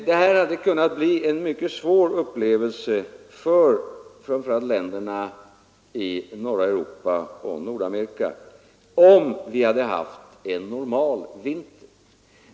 Det här hade kunnat bli en mycket svår upplevelse för framför allt länderna i norra Europa och Nordamerika, om vi hade haft en normal vinter.